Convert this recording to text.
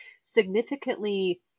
significantly